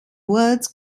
words